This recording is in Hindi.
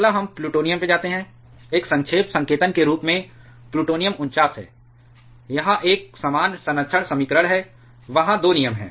अगला हम प्लूटोनियम में जाते हैं एक संक्षेप संकेतन के रूप में प्लूटोनियम 49 है यह एक समान संरक्षण समीकरण है वहां 2 नियम हैं